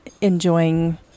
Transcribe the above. enjoying